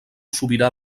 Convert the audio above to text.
sobirà